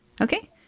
Okay